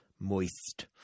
Moist